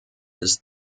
his